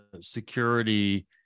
security